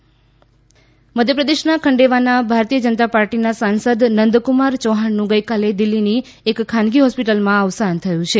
સાંસદ નિધન મધ્યપ્રદેશના ખંડેવાના ભારતીય જનતા પાર્ટીના સાંસદ નંદકુમાર ચૌહાણનું ગઇકાલે દિલ્ફીની એક ખાનગી હોસ્પિટલમાં અવસાન થયું છે